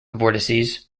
vortices